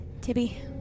Tibby